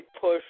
push